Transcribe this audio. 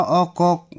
okok